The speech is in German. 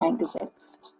eingesetzt